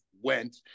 went